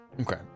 Okay